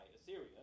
Assyria